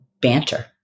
banter